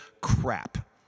crap